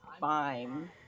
fine